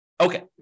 Okay